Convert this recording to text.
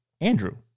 Andrew